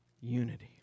unity